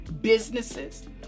Businesses